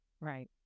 Right